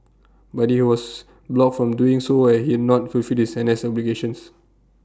but he was blocked from doing so as he not fulfilled his N S obligations